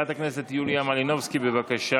אנחנו עוברים